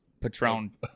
Patron